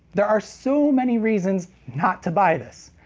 there are so many reasons not to buy this.